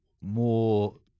more